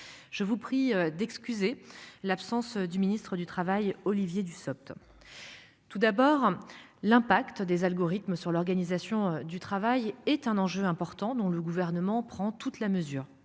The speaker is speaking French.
Je vous prie d'excuser l'absence du ministre du Travail Olivier Dussopt. Tout d'abord l'impact des algorithmes, sur l'organisation du travail est un enjeu important dont le gouvernement prend toute la mesure.